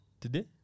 today